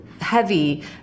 heavy